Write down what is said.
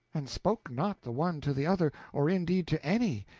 and spoke not the one to the other, or indeed to any,